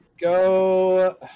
go